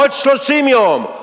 עוד 30 יום,